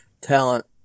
talent